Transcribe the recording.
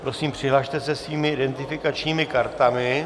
Prosím, přihlaste se svými identifikačními kartami.